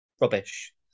rubbish